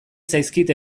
zaizkit